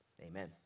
amen